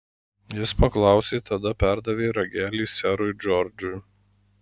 jis paklausė tada perdavė ragelį serui džordžui